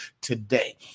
today